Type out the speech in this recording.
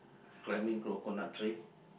climbing coconut tree